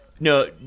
No